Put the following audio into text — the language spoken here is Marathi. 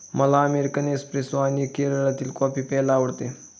मला अमेरिकन एस्प्रेसो आणि केरळातील कॉफी प्यायला आवडते